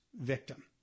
victim